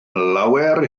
lawer